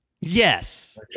Yes